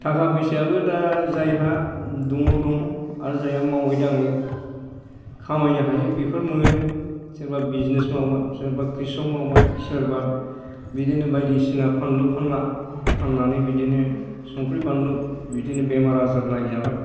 थाखा फैसायाबो दा जायहा दङ दङ आरो जायहा मावै दाङै खामायनो हायो बेफोर मोनो सोरबा बिजिनेस मावबाय सोरबा कृसक मावबाय सोरबा बिदिनो बायदिसिना फानलु फानला फाननानै बिदिनो संख्रि फानलु बिदिनो बेमार आजार नायजाबाय